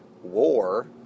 war